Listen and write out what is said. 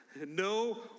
No